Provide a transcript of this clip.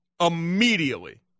Immediately